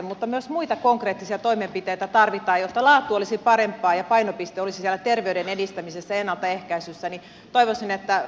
mutta myös muita konkreettisia toimenpiteitä tarvitaan jotta laatu olisi parempaa ja painopiste olisi siellä terveyden edistämisessä ennaltaehkäisyssä